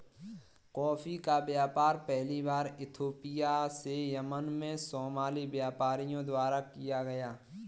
coffee का व्यापार पहली बार इथोपिया से यमन में सोमाली व्यापारियों द्वारा किया गया